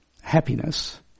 happiness